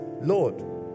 Lord